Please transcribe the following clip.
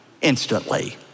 instantly